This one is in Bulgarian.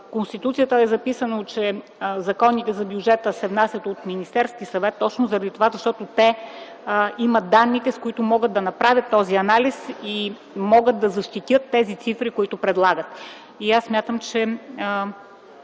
Конституцията е записано, че законите за бюджета се внасят от Министерския съвет точно заради това, защото те имат данните, с които могат да направят този анализ и могат да защитят тези цифри, които предлагат. И аз смятам, че